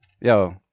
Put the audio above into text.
Yo